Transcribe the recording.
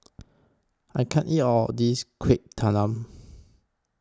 I can't eat All of This Kuih Talam